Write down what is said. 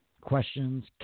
questions